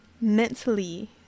mentally